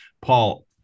paul